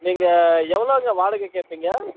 நீங்கள் எவ்வளோங்க வாடகை கேட்பீங்க